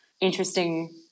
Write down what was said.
interesting